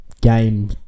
game